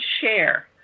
share